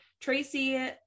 Tracy